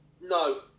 No